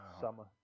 summer